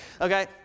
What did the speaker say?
Okay